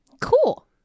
cool